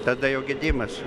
tada jau gedimas